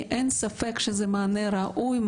כי אין ספק שזה מענה ראוי,